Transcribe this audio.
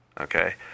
Okay